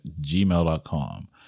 gmail.com